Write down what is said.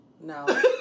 No